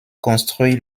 construit